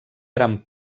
gran